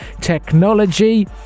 technology